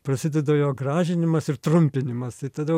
prasideda jo gražinimas ir trumpinimas tai tada